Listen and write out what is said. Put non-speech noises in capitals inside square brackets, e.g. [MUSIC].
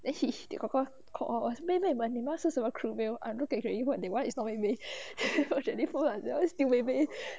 then he kor kor called us 妹妹们你们要吃什么 crew meal I look at 雪姨 what they want is not mei mei [LAUGHS] jennifer ah they all still mei mei